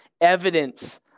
evidence